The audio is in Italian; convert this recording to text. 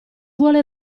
vuole